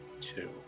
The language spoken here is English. two